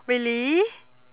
really